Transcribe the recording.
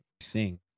sing